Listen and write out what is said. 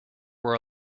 were